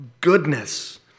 goodness